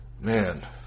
man